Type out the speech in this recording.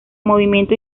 movimiento